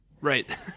Right